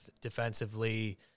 defensively